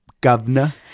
governor